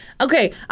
Okay